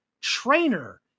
trainer